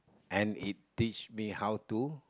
and it teach me how to